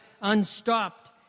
unstopped